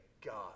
God